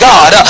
God